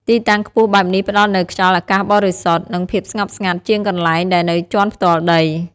ទីតាំងខ្ពស់បែបនេះផ្ដល់នូវខ្យល់អាកាសបរិសុទ្ធ និងភាពស្ងប់ស្ងាត់ជាងកន្លែងដែលនៅជាន់ផ្ទាល់ដី។